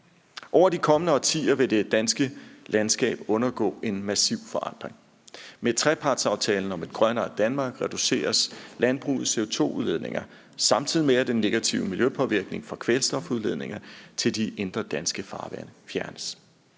Over de kommende årtier vil det danske landskab undergå en massiv forandring. Med trepartsaftalen om et grønnere Danmark reduceres landbrugets CO2-udledninger, samtidig med at den negative miljøpåvirkning fra kvælstofudledninger til de indre danske farvande fjernes.